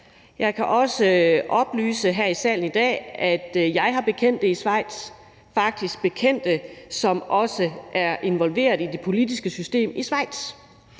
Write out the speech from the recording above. Jeg kan også oplyse her i salen i dag, at jeg har bekendte i Schweiz, faktisk bekendte, som er involveret i det politiske system i Schweiz.